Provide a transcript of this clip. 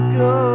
go